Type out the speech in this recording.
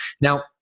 Now